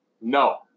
No